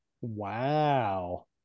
Wow